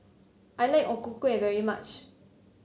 I like O Ku Kueh very much